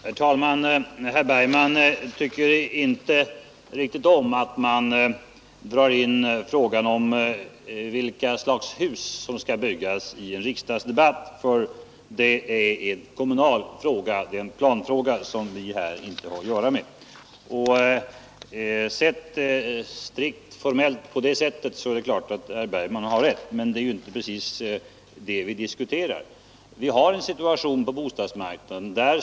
Herr talman! Herr Bergman tycker inte riktigt om att man i en riksdagsdebatt drar in frågan om vilka slags hus som skall byggas, för det är en kommunal planfråga som vi här inte har att göra med. Om man ser saken strikt formellt, är det klart att herr Bergman har rätt, men det blir ju lite poänglöst.